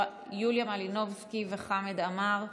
יוליה מלינובסקי וחמד עמאר,